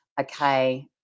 okay